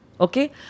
Okay